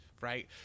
right